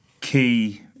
key